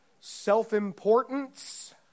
Self-importance